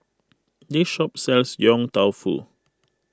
this shop sells Yong Tau Foo